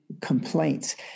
complaints